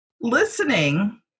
Listening